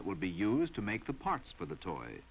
that would be used make the parts for the toys